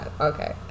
Okay